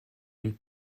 une